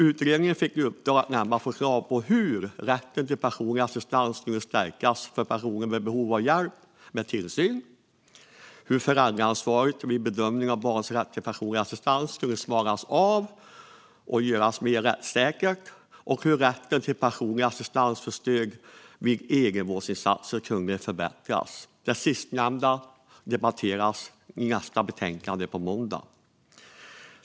Utredningen fick i uppdrag att lämna förslag på hur rätten till personlig assistans kunde stärkas för personer med behov av hjälp med tillsyn, hur föräldraansvaret vid bedömningen av barns rätt till personlig assistans kunde smalnas av och göras mer rättssäkert och hur rätten till personlig assistans för stöd vid egenvårdsinsatser kunde förbättras. Det sistnämnda behandlas på måndag i ett särskilt betänkande.